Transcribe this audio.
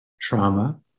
trauma